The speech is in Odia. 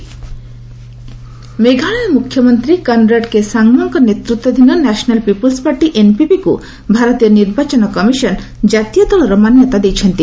ମେଘାଳୟ ଇସିଆଇ ମେଘାଳୟ ମୁଖ୍ୟମନ୍ତ୍ରୀ କନ୍ରାଡ୍ କେ ସାଙ୍ଗ୍ମାଙ୍କ ନେତୃତ୍ୱାଧୀନ ନ୍ୟାସନାଲ୍ ପିପ୍ରଲ୍ସ୍ ପାର୍ଟି ଏନ୍ପିପିକୁ ଭାରତୀୟ ନିର୍ବାଚନ କମିଶନ କାତୀୟ ଦଳର ମାନ୍ୟତା ଦେଇଛନ୍ତି